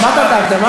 לא שמעתי התנצלות.